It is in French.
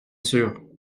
sûr